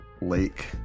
lake